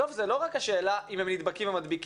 בסוף זה לא רק השאלה אם הם נדבקים או מדביקים,